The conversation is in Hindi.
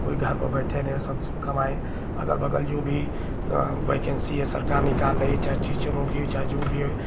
कोई घर पर बैठे नहीं सब कमाए अगल बगल जो भी वैकेन्सी है सरकार निकाल रही है चाहे टीचरों की चाहे जो भी है